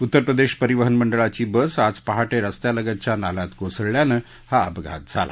उत्तरप्रदक्षीपरिवहन मंडळाची बस आज पहाटक्ष रस्त्या लगतच्या नाल्यात कोसळल्यानं हा अपघात झाला